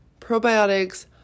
Probiotics